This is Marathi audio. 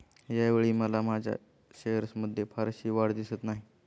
यावेळी मला माझ्या शेअर्समध्ये फारशी वाढ दिसत नाही